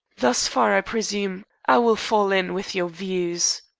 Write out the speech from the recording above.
thus far, i presume, i will fall in with your views.